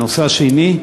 הנושא השני,